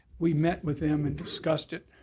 we met with them and discussed it.